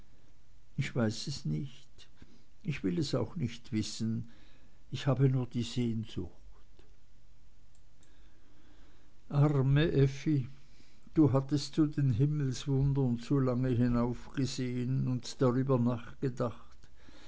ich weiß es nicht ich will es auch nicht wissen ich habe nur die sehnsucht arme effi du hattest zu den himmelwundern zu lange hinaufgesehen und darüber nachgedacht